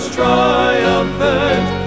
triumphant